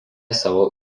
savo